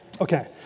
Okay